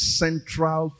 central